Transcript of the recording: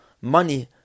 money